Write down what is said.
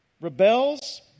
rebels